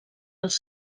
als